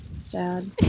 Sad